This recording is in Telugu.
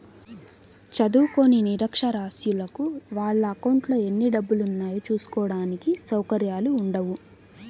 చదువుకోని నిరక్షరాస్యులకు వాళ్ళ అకౌంట్లలో ఎన్ని డబ్బులున్నాయో చూసుకోడానికి సౌకర్యాలు ఉండవు